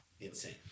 Insane